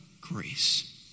Grace